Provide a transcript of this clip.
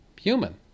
human